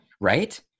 Right